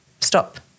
stop